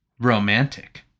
Romantic